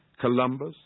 Columbus